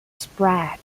spread